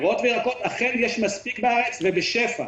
אכן יש מספיק בארץ ובשפע